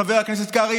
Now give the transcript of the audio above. חבר הכנסת קרעי,